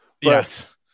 Yes